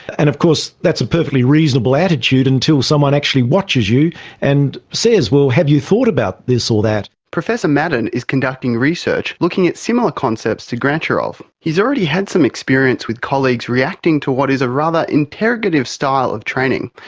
and of course that's a perfectly reasonable attitude and until someone actually watches you and says, well, have you thought about this or that? professor maddern is conducting research looking at similar concepts to grantcharov. he's already had some experience with colleagues reacting to what is a rather interrogative style of training,